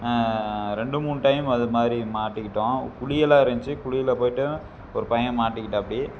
ரெண்டு மூணு டைம் அது மாதிரி மாட்டிக்கிட்டோம் குழியெல்லாம் இருந்துச்சி குழியில போய்விட்டு ஒரு பையன் மாட்டிக்கிட்டாப்பிடி